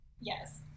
yes